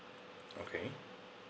okay